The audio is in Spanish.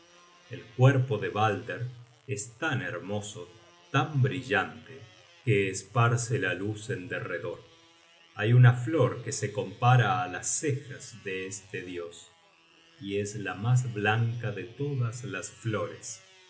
el cuerpo de balder es tan hermoso tan brillante que esparce la luz en derredor hay una flor que se compara á las cejas de este dios y es la mas blanca de todas las flores